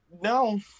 no